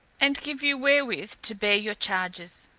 and give you wherewith to bear your charges.